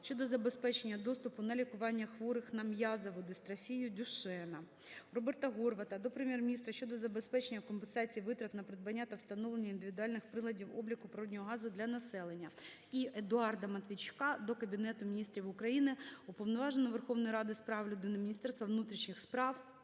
щодо забезпечення доступу до лікування хворих на м'язову дистрофію Дюшена. Роберта Горвата до Прем'єр-міністра щодо забезпечення компенсації витрат на придбання та встановлення індивідуальних приладів обліку природного газу для населення. І Едуарда Матвійчука до Кабінету Міністрів України, Уповноваженого Верховної Ради з прав людини, Міністерства внутрішніх справ